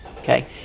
Okay